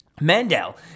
Mandel